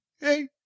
hey